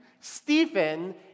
Stephen